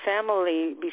family